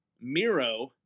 Miro